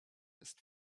ist